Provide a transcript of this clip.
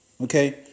okay